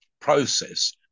process